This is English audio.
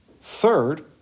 Third